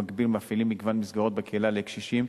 במקביל אנו מפעילים מגוון מסגרות בקהילה לקשישים,